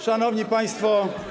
Szanowni Państwo!